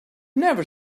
never